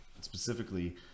specifically